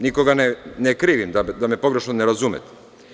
Ja nikoga ne krivim, da me pogrešno ne razumete.